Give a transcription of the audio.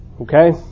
Okay